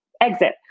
exit